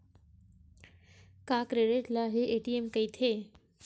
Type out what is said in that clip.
का क्रेडिट ल हि ए.टी.एम कहिथे?